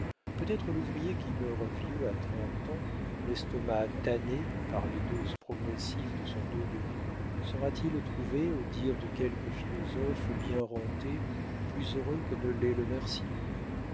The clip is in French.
peut-être l'ouvrier qui meurt vieux à trente ans l'estomac tanné par les doses progressives de son eau-de-vie sera-t-il trouvé au dire de quelques philosophes bien rentés plus heureux que ne l'est le